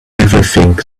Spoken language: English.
everything